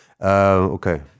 Okay